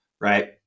right